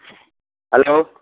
hello